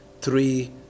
three